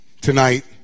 tonight